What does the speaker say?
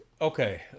Okay